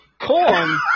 corn